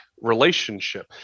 relationship